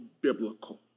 biblical